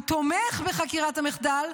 הוא תומך בחקירת המחדל,